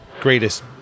greatest